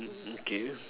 mm okay